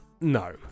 no